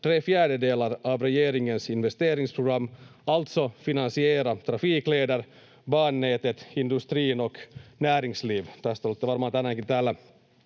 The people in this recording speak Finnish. tre fjärdedelar av regeringens investeringsprogram, alltså finansiera trafikleder, bannätet, industri och näringsliv. Tästä olette varmaan tänäänkin täällä